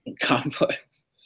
Complex